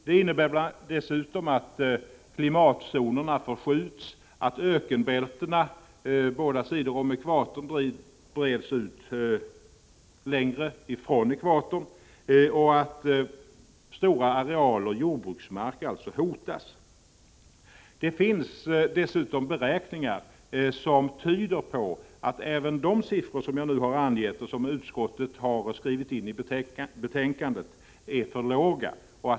Det innebär dessutom att klimatzo — Prot. 1985/86:31 nerna förskjuts och att ökenbältena på båda sidor om ekvatorn breds ut — 20 november 1985 längre från denna. Det finns dessutom beräkningar som tyder på at även de. ———— siffror som jag här angivit och som utskottet har skrivit in i betänkandet är för låga.